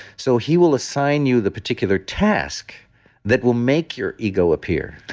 so he will assign you the particular task that will make your ego appear,